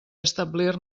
establir